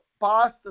past